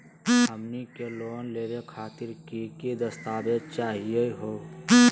हमनी के लोन लेवे खातीर की की दस्तावेज चाहीयो हो?